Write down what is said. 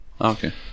Okay